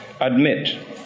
Admit